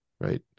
Right